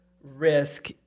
risk